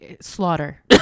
slaughter